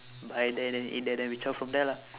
buy there then we eat there then we zao from that lah